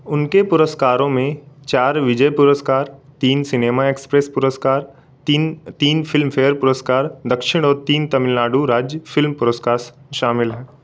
उनके पुरस्कारों में चार विजय पुरस्कार तीन सिनेमा एक्सप्रेस पुरस्कार तीन तीन फिल्मफेयर पुरस्कार दक्षिण और तीन तमिलनाडू राज्य फिल्म पुरस्कार शामिल हैं